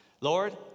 Lord